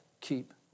keep